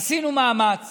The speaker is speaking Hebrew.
עשינו מאמץ